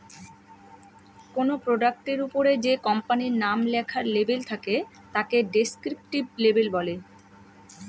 কোনো প্রোডাক্টের ওপরে যে কোম্পানির নাম লেখার লেবেল থাকে তাকে ডেস্ক্রিপটিভ লেবেল বলে